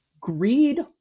greed